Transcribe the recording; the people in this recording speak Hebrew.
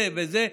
זה וזה,